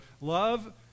love